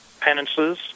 penances